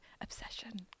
Obsession